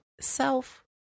self